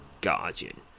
Guardian